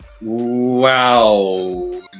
Wow